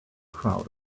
crowd